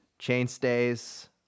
chainstays